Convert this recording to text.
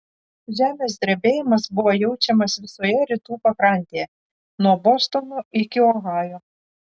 žemės drebėjimas buvo jaučiamas visoje rytų pakrantėje nuo bostono iki ohajo